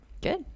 Good